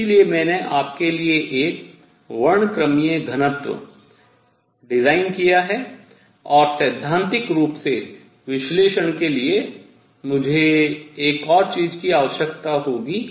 इसलिए मैंने आपके लिए एक वर्णक्रमीय घनत्व अभिकल्पित किया है और सैद्धांतिक रूप से विश्लेषण के लिए मुझे एक और चीज़ की आवश्यकता होगी